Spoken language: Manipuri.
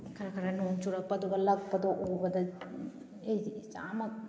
ꯈꯔ ꯈꯔ ꯅꯣꯡ ꯆꯨꯔꯛꯄ ꯑꯗꯨꯒ ꯂꯛꯄꯗꯣ ꯎꯕꯗ ꯑꯩꯁꯦ ꯏꯁꯥꯃꯛ